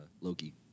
Loki